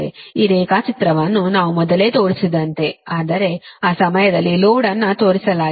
ಈ ರೇಖಾಚಿತ್ರವನ್ನು ನಾವು ಮೊದಲೇ ತೋರಿಸಿದ್ದೇವೆ ಆದರೆ ಆ ಸಮಯದಲ್ಲಿ ಲೋಡ್ ಅನ್ನು ತೋರಿಸಲಾಗಿಲ್ಲ